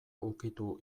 ukitu